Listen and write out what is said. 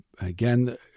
again